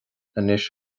anois